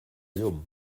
llum